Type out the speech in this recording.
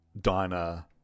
diner